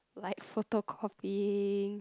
like photocopying